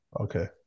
Okay